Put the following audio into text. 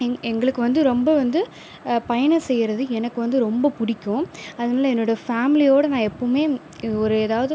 எங் எங்களுக்கு வந்து ரொம்ப வந்து பயணம் செய்கிறது எனக்கு வந்து ரொம்ப புடிக்கும் அதனால என்னோடய ஃபேமிலியோடய நான் எப்போவுமே ஒரு ஏதாவது